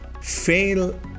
fail